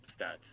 stats